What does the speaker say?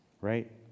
right